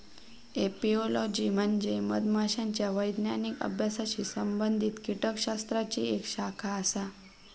apiology म्हणजे मधमाशांच्या वैज्ञानिक अभ्यासाशी संबंधित कीटकशास्त्राची एक शाखा आसा